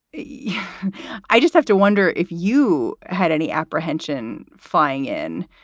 yeah i just have to wonder if you had any apprehension flying in.